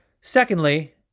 Secondly